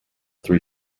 three